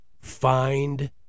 find